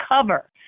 cover